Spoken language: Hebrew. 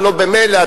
הלוא במילא,